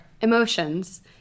emotions